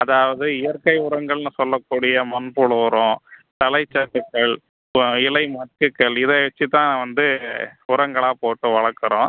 அதாவது இயற்கை உரங்கள்னு சொல்லக்கூடிய மண்புழு உரம் தழைச்சத்துக்கள் அப்புறம் இலை மட்டுக்கள் இதை வைத்து தான் வந்து உரங்களா போட்டு வளர்க்குறோம்